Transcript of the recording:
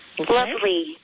Lovely